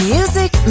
Music